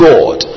God